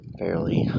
fairly